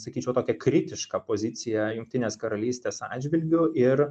sakyčiau tokią kritišką poziciją jungtinės karalystės atžvilgiu ir